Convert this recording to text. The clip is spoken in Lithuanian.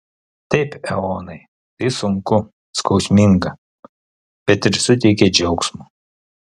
taip eonai tai sunku skausminga bet ir suteikia džiaugsmo